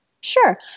Sure